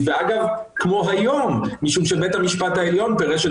ומישהו שלישי יפרש את